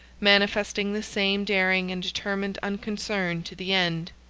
manifesting the same daring and determined unconcern to the end.